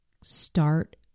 start